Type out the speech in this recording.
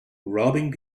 robbing